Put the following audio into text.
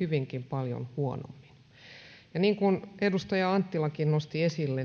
hyvinkin paljon huonommin niin kuin edustaja anttilakin nosti esille